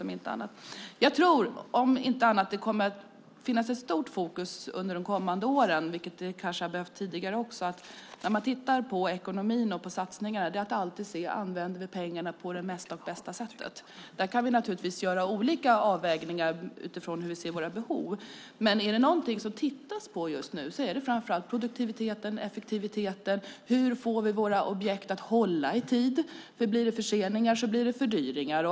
Jag tror att det under de kommande åren kommer att finnas ett stort fokus - vilket kanske hade behövts tidigare - på att se att pengarna används på mesta och bästa sättet i ekonomiska satsningar. Där kan vi naturligtvis göra olika avvägningar utifrån hur vi ser på våra behov. Men om det är något som man tittar på just nu är det framför allt produktivitet och effektivitet. Hur får vi våra objekt att hålla i tid? Blir det förseningar blir det fördyringar.